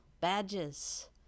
badges